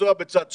לנסוע בצד שמאל,